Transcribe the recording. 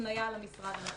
הפנייה למשרד הנכון.